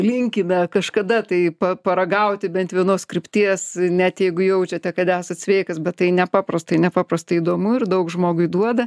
linkime kažkada tai p paragauti bent vienos krypties net jeigu jaučiate kad esat sveikas bet tai nepaprastai nepaprastai įdomu ir daug žmogui duoda